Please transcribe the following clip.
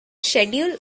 schedule